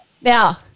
now